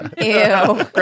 Ew